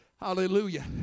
Hallelujah